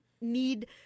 need